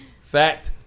Fact